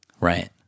right